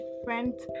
different